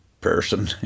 person